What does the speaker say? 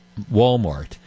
Walmart